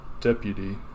deputy